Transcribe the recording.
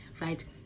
right